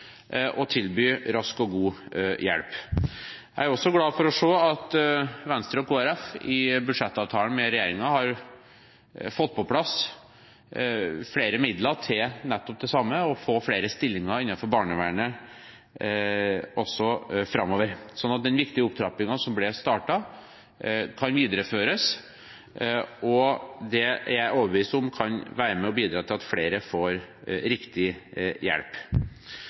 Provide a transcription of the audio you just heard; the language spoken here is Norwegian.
tilby rask og god hjelp. Jeg er også glad for å se at Venstre og Kristelig Folkeparti i budsjettavtalen med regjeringen har fått på plass flere midler til nettopp det samme, å få flere stillinger innenfor barnevernet også framover, sånn at den viktige opptrappingen som ble startet, kan videreføres. Det er jeg overbevist om kan være med og bidra til at flere får riktig hjelp.